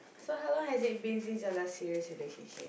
so how long has it been since your last serious relationship